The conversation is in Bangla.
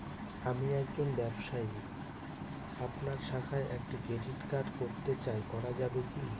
আমি একজন ব্যবসায়ী আপনার শাখায় একটি ক্রেডিট কার্ড করতে চাই করা যাবে কি?